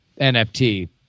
NFT